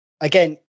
Again